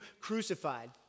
crucified